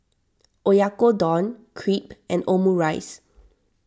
Oyakodon Crepe and Omurice